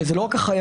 זה לא רק החייבים.